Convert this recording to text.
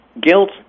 guilt